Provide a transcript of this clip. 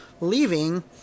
leaving